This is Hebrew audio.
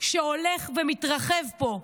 שהולך ומתרחב פה.